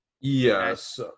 yes